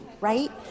right